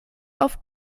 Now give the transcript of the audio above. auf